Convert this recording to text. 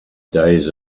days